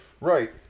Right